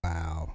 Wow